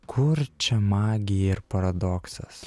kur čia magija ir paradoksas